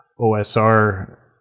osr